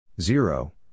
zero